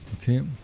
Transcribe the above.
Okay